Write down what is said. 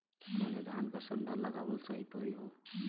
कवने धान क संन्डा लगावल सही परी हो?